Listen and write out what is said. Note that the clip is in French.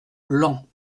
laon